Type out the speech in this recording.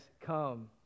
come